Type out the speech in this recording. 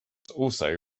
also